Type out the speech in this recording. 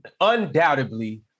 Undoubtedly